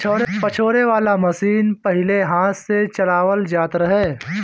पछोरे वाला मशीन पहिले हाथ से चलावल जात रहे